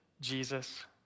Jesus